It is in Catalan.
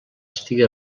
estigui